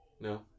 No